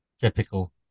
Typical